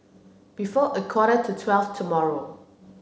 before a quarter to twelve tomorrow